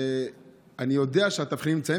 אני יודע שהתבחינים נמצאים,